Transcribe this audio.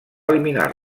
eliminar